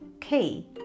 key